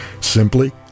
Simply